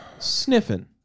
sniffing